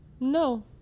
No